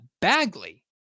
Bagley